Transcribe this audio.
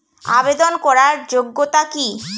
আবেদন করার যোগ্যতা কি?